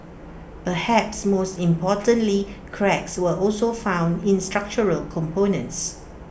perhaps most importantly cracks were also found in structural components